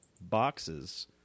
boxes